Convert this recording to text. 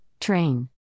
Train